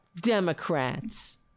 democrats